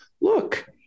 Look